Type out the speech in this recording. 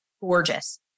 gorgeous